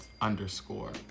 underscore